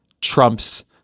Trump's